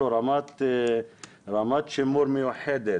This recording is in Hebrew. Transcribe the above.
רמת שימור מיוחדת,